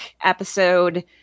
episode